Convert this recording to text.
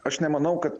aš nemanau kad